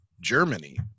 Germany